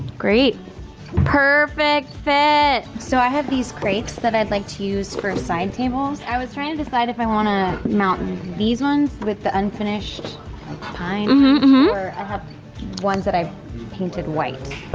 great perfect fit so i have these crates that i'd like to use for um side tables i was trying to decide if i want to mount and these ones with the unfinished i have ones that i've painted white